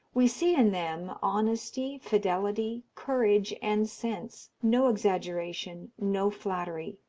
we see in them honesty, fidelity, courage, and sense no exaggeration no flattery.